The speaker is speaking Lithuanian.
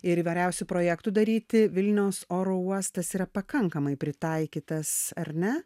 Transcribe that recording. ir įvairiausių projektų daryti vilniaus oro uostas yra pakankamai pritaikytas ar ne